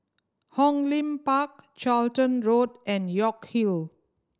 Hong Lim Park Charlton Road and York Hill